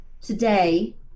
today